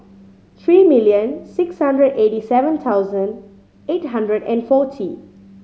three million six hundred eighty seven thousand eight hundred and forty